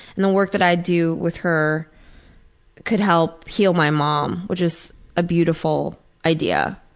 and the work that i do with her could help heal my mom which is a beautiful idea.